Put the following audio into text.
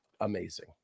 amazing